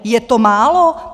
Je to málo?